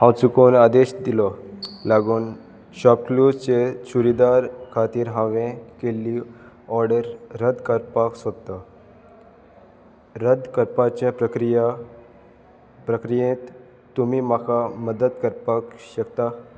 हांव चुकोवन आदेश दिलों लागून शॉपक्लूजचे चुडिदार खातीर हांवें केल्ली ऑर्डर रद्द करपाक सोदता रद्द करपाच्या प्रक्रिया प्रक्रियेंत तुमी म्हाका मदत करपाक शकता